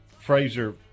Fraser